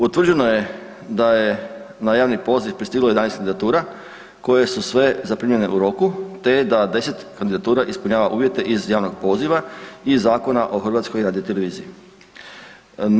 Utvrđeno je da je na javni poziv pristiglo 11 kandidatura koje su sve zaprimljene u roku te da 10 kandidatura ispunjava uvjete iz javnog poziva i Zakona o HRT-u.